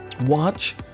Watch